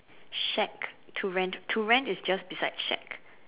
shack to rent to rent is just beside shack